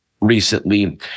recently